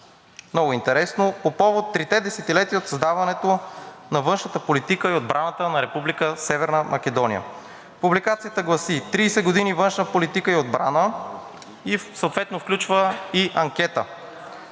Много интересно по повод трите десетилетия от създаването на външната политика и отбраната на Република Северна Македония. Публикацията гласи: „30 години външна политика и отбрана“ и съответно включва и анкета.